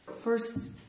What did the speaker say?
First